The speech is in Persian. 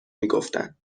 میگفتن